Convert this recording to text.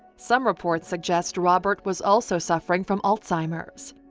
some reports suggest robert was also suffering from alzheimer's.